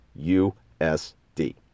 USD